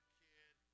kid